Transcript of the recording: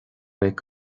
bheidh